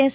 S